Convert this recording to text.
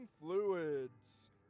fluids